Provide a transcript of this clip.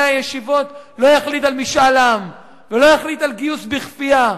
הישיבות לא יחליט על משאל עם ולא יחליט על גיוס בכפייה?